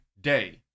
day